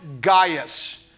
Gaius